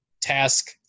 task